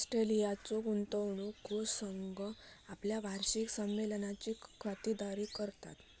ऑस्ट्रेलियाचो गुंतवणूक कोष संघ आपल्या वार्षिक संमेलनाची खातिरदारी करता